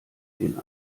den